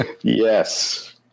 yes